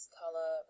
color